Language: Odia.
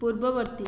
ପୂର୍ବବର୍ତ୍ତୀ